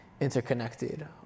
interconnected